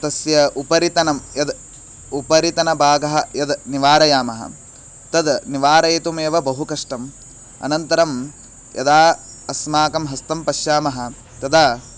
तस्य उपरितनं यद् उपरितनभागः यद् निवारयामः तद् निवारयितुमेव बहु कष्टम् अनन्तरं यदा अस्माकं हस्तं पश्यामः तदा